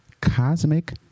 Cosmic